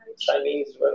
Chinese